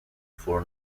for